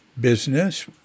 business